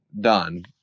done